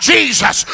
Jesus